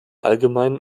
allgemeinen